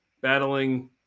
battling